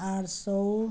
आठ सौ